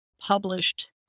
published